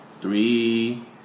three